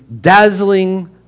dazzling